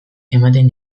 ematen